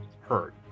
hurt